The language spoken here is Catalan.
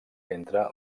entre